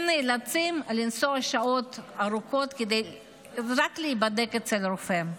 הם נאלצים לנסוע שעות ארוכות רק כדי להיבדק אצל הרופא.